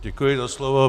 Děkuji za slovo.